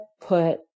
put